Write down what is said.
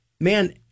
Man